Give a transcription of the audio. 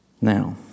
now